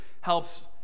helps